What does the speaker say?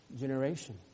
Generation